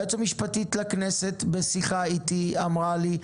היועצת המשפטית לכנסת בשיחה איתי אמרה לי: